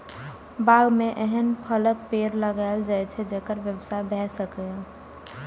बाग मे एहन फलक पेड़ लगाएल जाए छै, जेकर व्यवसाय भए सकय